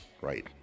Right